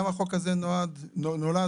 גם החוק הזה נולד מצורך: